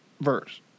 verse